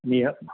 ꯅꯤꯍꯥ